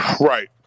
Right